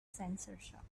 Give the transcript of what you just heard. censorship